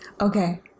Okay